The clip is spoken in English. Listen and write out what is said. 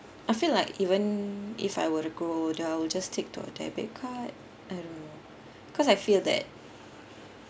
I feel like even if I were to grow older I will just stick to a debit card um cause I feel that